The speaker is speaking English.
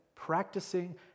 practicing